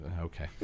Okay